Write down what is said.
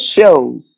shows